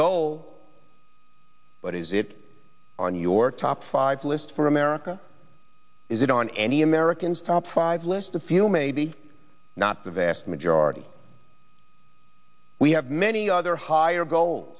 goal but is it on your top five list for america is it on any americans top five list a few maybe not the vast majority we have many other higher goal